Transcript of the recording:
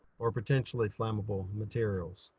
or potentially flammable materials.